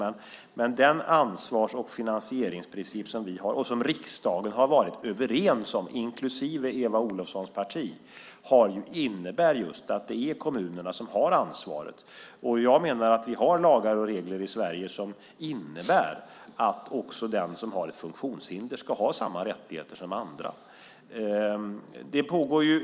Men den ansvars och finansieringsprincip vi har och som riksdagen, inklusive Eva Olofssons parti, har varit överens om innebär att det är kommunerna som har ansvaret. Vi har lagar och regler i Sverige som innebär att också den som har ett funktionshinder ska ha samma rättigheter som andra.